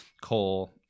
coal